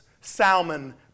Salmon